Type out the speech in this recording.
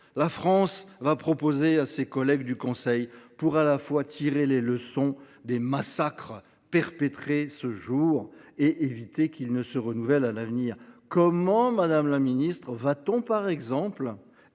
la France va proposer à ses collègues pour à la fois tirer les leçons des massacres perpétrés ce jour et éviter qu’ils ne se renouvellent à l’avenir ? Comment va-t-on, par exemple,